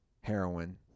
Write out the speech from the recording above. heroin